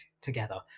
together